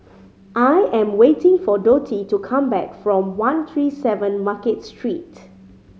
I am waiting for Dottie to come back from one three seven Market Street